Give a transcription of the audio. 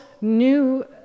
new